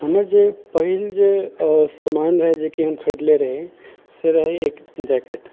हमर जे पहिल जे समान रहय जेकि हम खरीदले रही से रहय एक जैकेट